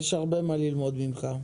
יש הרבה מה ללמוד ממך.